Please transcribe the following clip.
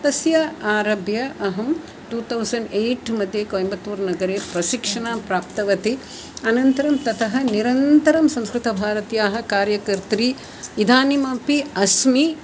तस्य आरम्भम् अहं टुतौसण्ड् एय्ट्मध्ये कोय्म्बत्तूरनगरे प्रशिक्षणं प्राप्तवती अनन्तरं ततः निरन्तरं संस्कृतभारत्याः कार्यकर्त्री इदानीम् अपि अस्मि